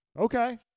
Okay